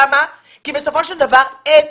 בסופו של דבר אין